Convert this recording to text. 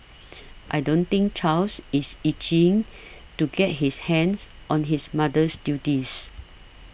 I don't think Charles is itching to get his hands on his mother's duties